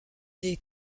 des